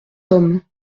homme